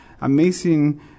amazing